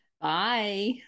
bye